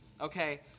okay